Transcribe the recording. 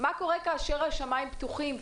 מה קורה כאשר השמיים פתוחים,